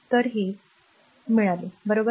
तरहे काय r मिळाले बरोबर